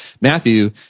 matthew